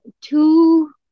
two